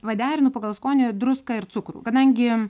paderinu pagal skonį druską ir cukrų kadangi